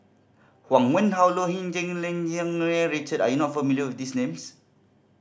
Huang Wenhong Low Richard are you not familiar with these names